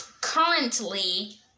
currently